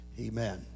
amen